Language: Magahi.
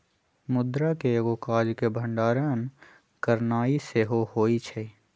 मुद्रा के एगो काज के भंडारण करनाइ सेहो होइ छइ